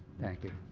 thank you,